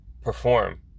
perform